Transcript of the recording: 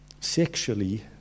sexually